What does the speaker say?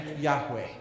Yahweh